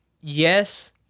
yes